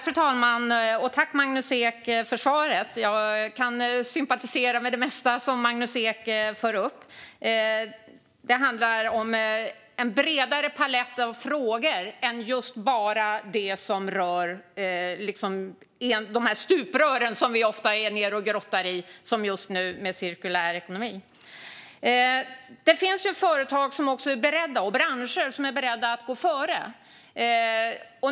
Fru talman! Tack, Magnus Ek, för svaret! Jag kan sympatisera med det mesta som Magnus Ek tar upp. Det handlar om en bredare palett av frågor än just bara det som rör de stuprör som vi ofta är nere och grottar i - som just nu med cirkulär ekonomi. Det finns företag och branscher som är beredda att gå före.